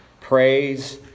praise